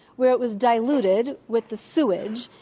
where it was diluted with the sewage,